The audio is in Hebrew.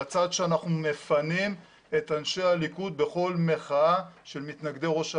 לצד שאנחנו מפנים את אנשי הליכוד בכל מחאה של מתנגדי ראש הממשלה.